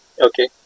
okay